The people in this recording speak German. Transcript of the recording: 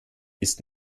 ist